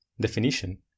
definition